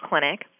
clinic